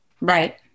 Right